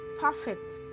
perfect